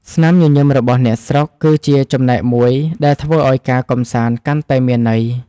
ស្នាមញញឹមរបស់អ្នកស្រុក គឺជាចំណែកមួយដែលធ្វើឱ្យការកម្សាន្តកាន់តែមានន័យ។